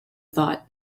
thought